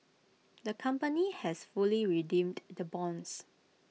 the company has fully redeemed the bonds